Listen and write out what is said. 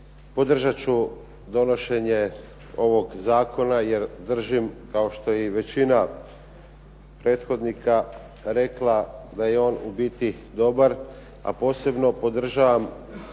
Podržat ću donošenje ovog zakona jer držim kao što je i većina prethodnika rekla da je on u biti dobar, a posebno podržavam